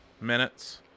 minutes